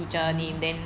mmhmm